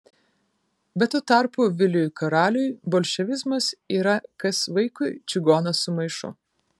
bet tuo tarpu viliui karaliui bolševizmas yra kas vaikui čigonas su maišu